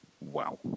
wow